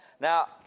Now